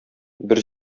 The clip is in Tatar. бер